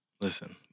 Listen